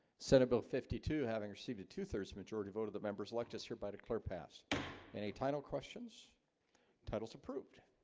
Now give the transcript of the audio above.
senate bill fifty two having received a two-thirds majority vote of the members elect us hereby declare pass any title questions titles approved